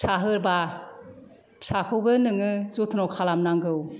फिसा होबा फिसाखौबो नोङो जथन' खालामनांगौ